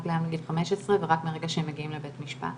רק מעל גיל 15 ורק מרגע שהם מגיעים לבית משפט.